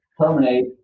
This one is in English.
terminate